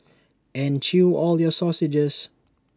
and chew all your sausages